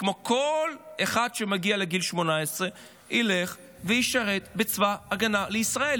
וכמו כל אחד שמגיע לגיל 18 ילך וישרת בצבא ההגנה לישראל.